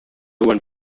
one